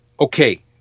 Okay